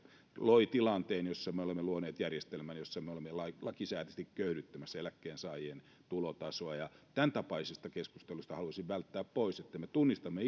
loi tilanteen jossa me olemme luoneet järjestelmän jossa me olemme lakisääteisesti köyhdyttämässä eläkkeensaajien tulotasoa tämäntapaisesta keskustelusta haluaisin välttää pois että me tunnistamme